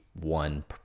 one